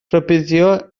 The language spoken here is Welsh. rhybuddio